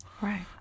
Right